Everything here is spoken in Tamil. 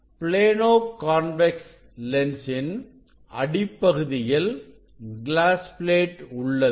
ப்ளேனோ கான்வெக்ஸ் லென்ஸின் அடிப்பகுதி ல் கிளாஸ் பிளேட் உள்ளது